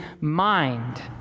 mind